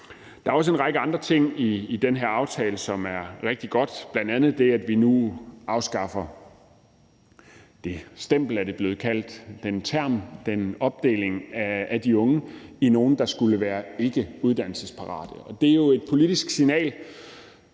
Der er også en række andre ting i den her aftale, som er rigtig gode, bl.a. det, at vi nu afskaffer det stempel, er det blevet kaldt, den term, den opdeling af de unge, hvor nogle skulle være ikkeuddannelsesparate. Og det er jo et politisk signal,